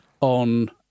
On